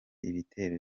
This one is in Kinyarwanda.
ibitero